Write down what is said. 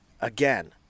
again